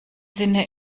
sinne